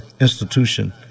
institution